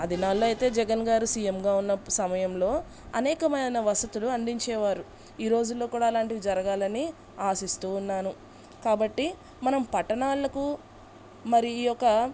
అ దినాల్లో అయితే జగన్ గారు సీఎంగా ఉన్న సమయంలో అనేకమైన వసతులు అందించేవారు ఈ రోజుల్లో కూడా అలాంటివి జరగాలని ఆశిస్తూ ఉన్నాను కాబట్టి మనం పట్టణాలకు మరి ఈ యొక్క